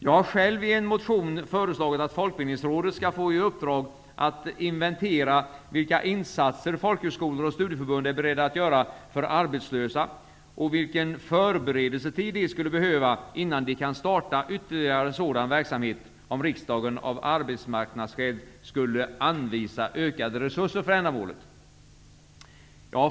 Jag har själv i en motion föreslagit att Folkbildningsrådet skall få i uppdrag att inventera vilka insatser folkhögskolor och studieförbund är beredda att göra för arbetslösa och vilken förberedelsetid de skulle behöva innan de kan starta ytterligare sådan verksamhet om riksdagen av arbetsmarknadsskäl skulle anvisa ökade resurser för ändamålet.